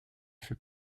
fait